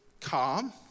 calm